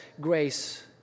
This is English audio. grace